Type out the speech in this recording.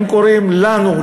הם קוראים לנו,